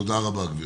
תודה רבה, גברתי.